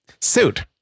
suit